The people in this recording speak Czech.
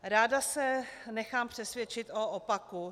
Ráda se nechám přesvědčit o opaku.